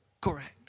Correct